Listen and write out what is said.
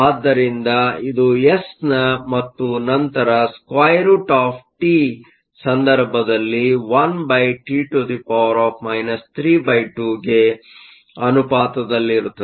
ಆದ್ದರಿಂದಇದು ಎಸ್ನ ಮತ್ತು ನಂತರ √T ಸಂದರ್ಭದಲ್ಲಿ 1T 32 ಗೆ ಅನುಪಾತದಲ್ಲಿರುತ್ತದೆ